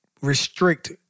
restrict